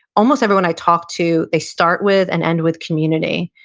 almost everyone i talked to, they start with and end with community,